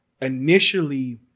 initially